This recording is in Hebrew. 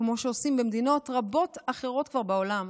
כמו שעושים במדינות רבות אחרות כבר בעולם,